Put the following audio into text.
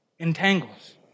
entangles